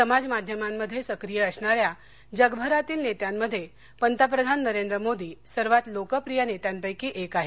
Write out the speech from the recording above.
समाज माध्यमांमध्ये सक्रीय असणाऱ्या जगभरातील नेत्यांमध्ये पंतप्रधान नरेंद्र मोदी सर्वात लोकप्रिय नेत्यांपक्षी एक आहेत